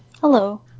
Hello